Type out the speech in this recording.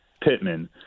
Pittman